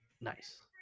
nice